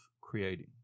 creating